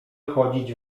chodzić